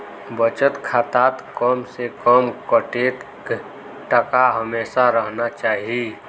बचत खातात कम से कम कतेक टका हमेशा रहना चही?